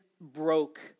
broke